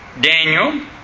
Daniel